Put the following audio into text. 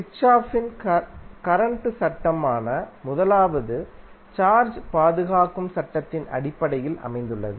கிர்ச்சோஃப்பின் கரண்ட் சட்டமான முதலாவது சார்ஜ் பாதுகாக்கும் சட்டத்தின் அடிப்படையில் அமைந்துள்ளது